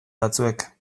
batzuek